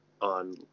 on